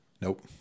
Nope